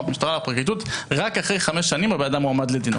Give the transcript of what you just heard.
מהמשטרה לפרקליטות רק אחרי חמש שנים הבן אדם הועמד לדין.